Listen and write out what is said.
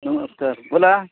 नमस्कार बोला